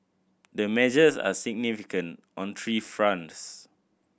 the measures are significant on three fronts